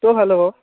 ত' ভাল হ'ব